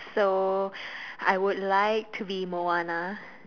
so I would like to be Moana